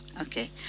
Okay